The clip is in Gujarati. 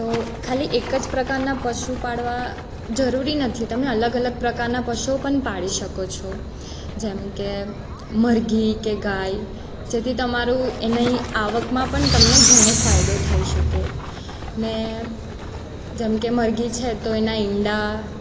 તો ખાલી એક જ પ્રકારનાં પશુ પાળવાં જરૂરી નથી તમે અલગ અલગ પ્રકારનાં પશુઓ પણ પાળી શકો છો જેમ કે મરઘી કે ગાય જેથી તમારે એની આવકમાં પણ તમને ઘણો ફાયદો થઈ શકે ને જેમ કે મરઘી છે તો એના ઈંડા